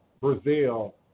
Brazil